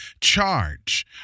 charge